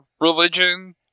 religion